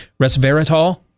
resveratrol